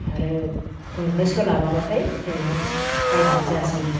आरो गुरनो सोलाबाबाथाय ओरैनो बायनानै जासै